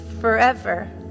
forever